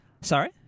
Sorry